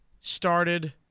started